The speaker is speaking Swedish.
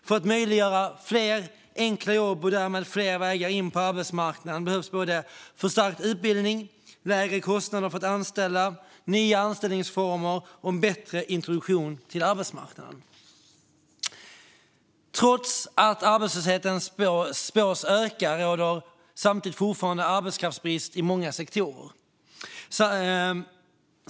För att möjliggöra fler enkla jobb och därmed fler vägar in på arbetsmarknaden behövs både förstärkt utbildning, lägre kostnader för att anställa, nya anställningsformer och en bättre introduktion till arbetsmarknaden. Trots att arbetslösheten spås öka råder samtidigt fortfarande arbetskraftsbrist i många sektorer.